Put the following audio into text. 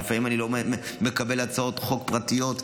ולפעמים אני לא מקבל הצעות חוק פרטיות,